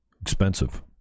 expensive